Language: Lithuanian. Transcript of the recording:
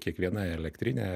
kiekviena elektrinė